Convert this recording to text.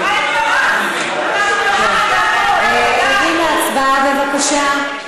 מה עם "חמאס" עוברים להצבעה בבקשה.